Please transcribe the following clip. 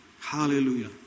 Hallelujah